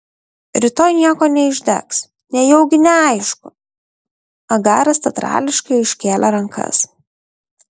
rytoj nieko neišdegs nejaugi neaišku agaras teatrališkai iškėlė rankas